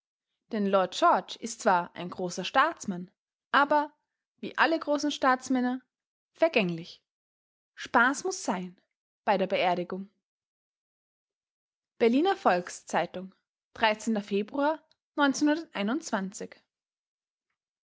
denn lloyd george ist zwar ein großer staatsmann aber wie alle großen staatsmänner vergänglich spaß muß sein bei der beerdigung berliner volks-zeitung februar